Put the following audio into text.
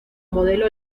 modelo